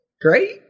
great